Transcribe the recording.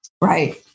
Right